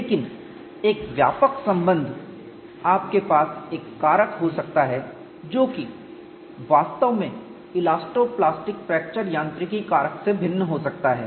लेकिन एक व्यापक संबंध आपके पास एक कारक हो सकता है जो कि वास्तविक इलास्टो प्लास्टिक फ्रैक्चर यांत्रिकी कारक से भिन्न हो सकता है